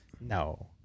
No